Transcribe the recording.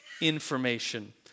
information